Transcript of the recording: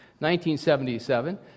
1977